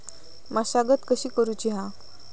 मशागत कशी करूची हा?